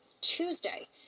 Tuesday